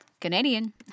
Canadian